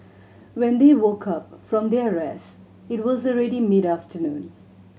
when they woke up from their rest it was already mid afternoon